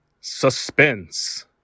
Suspense